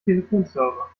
telefonserver